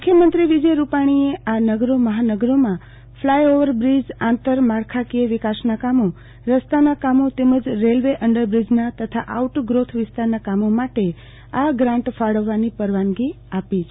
મુખ્યમંત્રી વિજય રૂપાણીએ નગરો મહાનગરોમાં ફલાયઓવર બ્રિજ આંતરમાળખાકીય વિકા સના કામો તેમજ રેલ્વે અંડરબ્રિજના તથા આઉટ ગ્રોથ વિસ્તારના વિકાસ કામો માટે આ ગ્રાન્ટ ફાળવવા ની પરવાનગી આપી છે